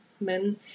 men